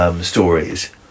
stories